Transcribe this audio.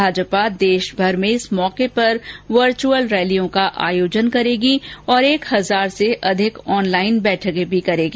भाजपा देशभर में इस मौके पर वर्चुअल रैलियों का आयोजन करेगी और एक हजार से अधिक ऑनलाइन बैठकें भी होगी